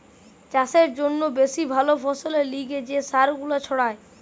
চাষের জন্যে বেশি ভালো ফসলের লিগে যে সার গুলা ছড়ায়